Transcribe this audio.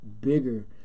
bigger